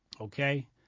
Okay